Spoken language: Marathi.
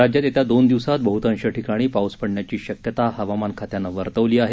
राज्यात येत्या दोन दिवसात बहुतांश ठिकाणी पाऊस पडण्याची शक्यता हवामान खात्यानं वर्तवली आहे